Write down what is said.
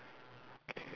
okay